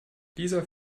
dieser